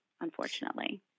unfortunately